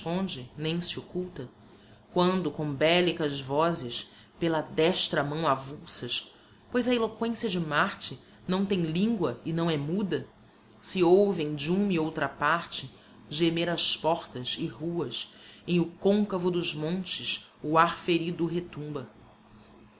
esconde nem se occulta quando com bellicas vozes pela destra mão avulsas pois a eloquencia de marte não tem lingua e não é muda se ouvem de uma e outra parte gemer as portas e ruas em o concavo dos montes o ar ferido retumba